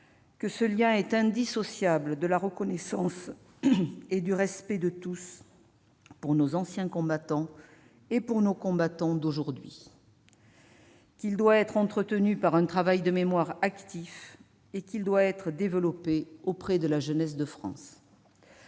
que ce lien est indissociable de la reconnaissance et du respect de tous envers nos anciens combattants et nos combattants d'aujourd'hui ; qu'il doit être entretenu par un travail de mémoire actif et qu'il doit être développé auprès de la jeunesse de France.